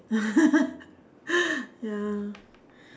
ya